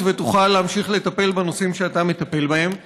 ותוכל להמשיך לטפל בנושאים שאתה מטפל בהם.